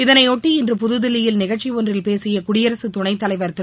இதனையொட்டி இன்று புதுதில்லியில் நிகழ்ச்சி ஒன்றில் பேசிய குடியரசு துணைத்தலைவர் திரு